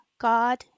God